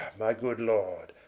my good lord,